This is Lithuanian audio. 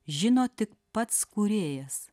žino tik pats kūrėjas